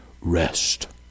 rest